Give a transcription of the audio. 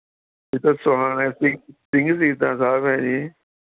ਇੱਕ ਤਾਂ ਸੋਹਾਣਾ ਸਿੰਘ ਸ਼ਹੀਦਾਂ ਸਾਹਿਬ ਹੈ ਜੀ